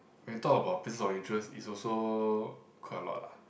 my thought about places of interest is also quite a lot lah